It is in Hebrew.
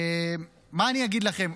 מה אני אגיד לכם?